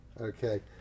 okay